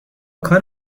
کار